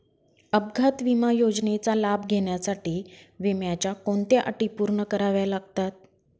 अपघात विमा योजनेचा लाभ घेण्यासाठी विम्याच्या कोणत्या अटी पूर्ण कराव्या लागतात?